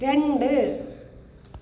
രണ്ട്